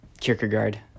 Kierkegaard